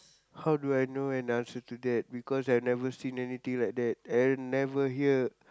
how do I know an answer to that because I never seen anything like that and never hear